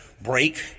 break